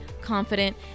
confident